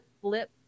flip